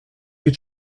you